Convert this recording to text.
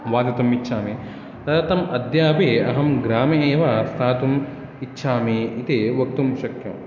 वसितुम् इच्छामि तदर्थम् अद्यापि अहं ग्रामे एव स्थातुम् इच्छामि इति वक्तुं शक्नोमि